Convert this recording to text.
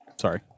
Sorry